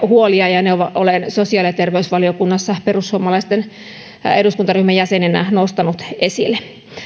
huolia ja olen ne sosiaali ja terveysvaliokunnassa perussuomalaisten eduskuntaryhmänä jäsenenä nostanut esille